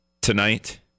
tonight